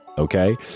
Okay